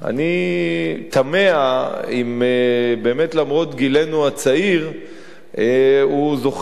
אני תמה אם באמת למרות גילנו הצעיר הוא זוכר